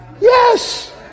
Yes